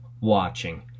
watching